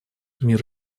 мир